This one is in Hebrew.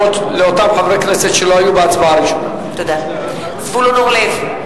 (קוראת בשמות חברי הכנסת) זבולון אורלב,